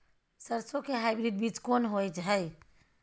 सरसो के हाइब्रिड बीज कोन होय है?